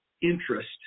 interest